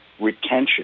retention